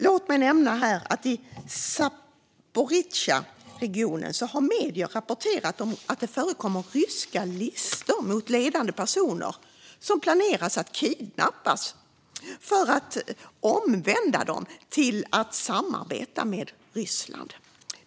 Låt mig här nämna att medier har rapporterat om att det i Zaporizjzjaregionen förekommer ryska listor över ledande personer som man planerar att kidnappa för att omvända dem och få dem att samarbeta med Ryssland.